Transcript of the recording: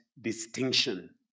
distinction